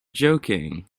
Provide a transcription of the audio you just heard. joking